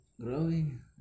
Growing